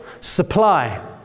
supply